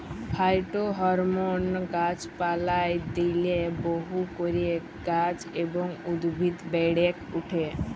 phytohormone গাছ পালায় দিইলে বহু করে গাছ এবং উদ্ভিদ বেড়েক ওঠে